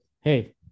hey